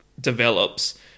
develops